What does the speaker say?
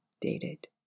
dated